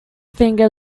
finger